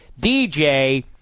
DJ